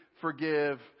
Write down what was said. forgive